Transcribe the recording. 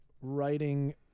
writing